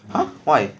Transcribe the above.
!huh! why